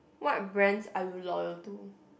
what brands are you loyal to